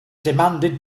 demanded